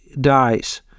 dies